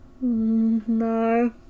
No